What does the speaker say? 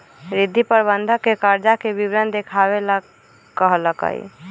रिद्धि प्रबंधक के कर्जा के विवरण देखावे ला कहलकई